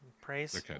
praise